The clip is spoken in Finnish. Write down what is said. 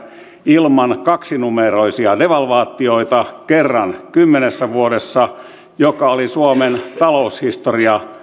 ilman kaksinumeroisia devalvaatioita kerran kymmenessä vuodessa mikä oli suomen taloushistoria